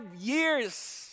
years